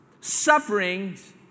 sufferings